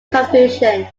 confusion